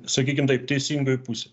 sakykime taip teisingoj pusė